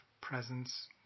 Presence